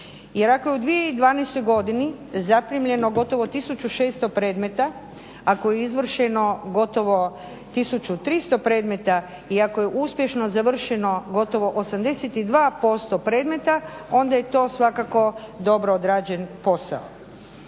Jer ako je u 2012. godini zaprimljeno gotovo 1600 predmeta, ako je izvršeno gotovo 1300 predmeta i ako je uspješno završeno gotovo 82% predmeta onda je to svakako dobro odrađen posao.